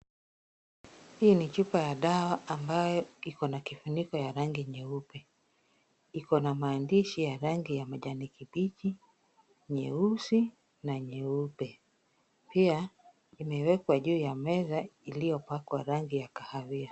Hii ni chupa ya dawa ambayo ikona kifuniko ya rangi nyeupe. Ikona maandishi ya rangi ya kijani kibichi nyeusi na nyeupe, pia imewekwa juu ya meza iliyopakwa rangi ya kahawia.